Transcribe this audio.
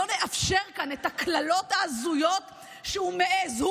לא נאפשר כאן את הקללות ההזויות שהוא מעז,